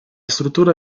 struttura